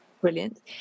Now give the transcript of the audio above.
brilliant